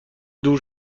دور